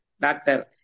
Doctor